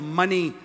money